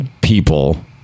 people